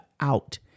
out